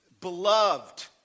beloved